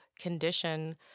condition